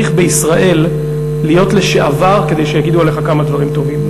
בישראל אתה צריך להיות לשעבר כדי שיגידו עליך כמה דברים טובים.